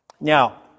Now